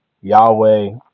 Yahweh